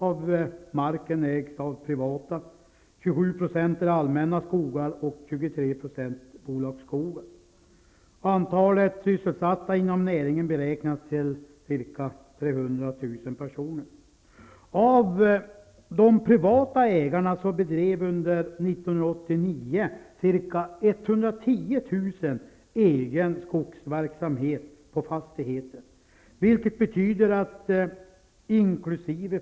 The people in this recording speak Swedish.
Av de privata ägarna bedrev under 1989 cirka 110 000 egen skogsverksamhet på fastigheten, vilket betyder att inkl.